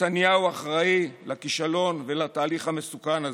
נתניהו אחראי לכישלון ולתהליך המסוכן הזה.